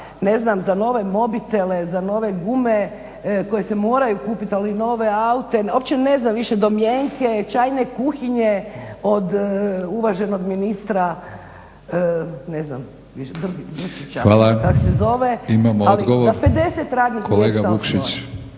ne znam za nove mobitele, za nove gume koje se moraju kupiti, ali i nove aute. Uopće ne znam više domjenke, čajne kuhinje od uvaženog ministra ne znam više Grčića kak' se zove … …/Upadica Batinić: